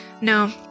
No